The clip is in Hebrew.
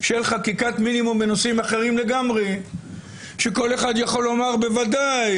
של חקיקת מינימום בנושאים אחרים לגמרי שכל אחד יכול לומר שבוודאי